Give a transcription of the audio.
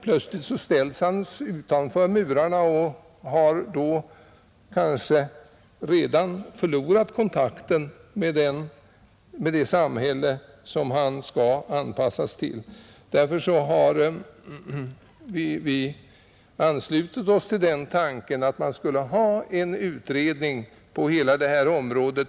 Plötsligt står han utanför murarna, men då har han förlorat kontakten med det samhälle, till vilket han skall anpassas. Därför ha vi anslutit oss till tanken på en utredning av hela detta område.